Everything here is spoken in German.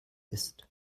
ist